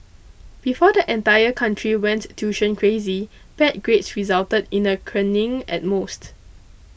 before the entire country went tuition crazy bad grades resulted in a caning at most